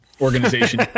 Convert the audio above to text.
organization